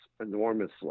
enormously